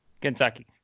Kentucky